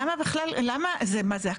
למה בכלל, מה, זה אקסיומה?